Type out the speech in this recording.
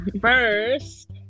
first